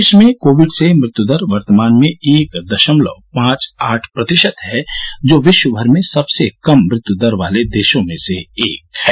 देश में कोविड से मृत्यु दर वर्तमान में एक दशमलव पांच आठ प्रतिशत है जो विश्वभर में सबसे कम मृत्यु दर वाले देशों में से एक है